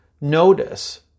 notice